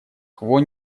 кво